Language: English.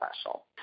special